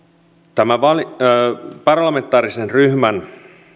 tämän parlamentaarisen ryhmän